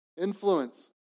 influence